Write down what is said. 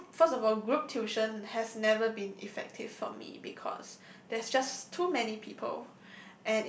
group first of all group tuition have never been effective for me because there's just too many people